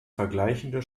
vergleichende